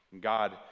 God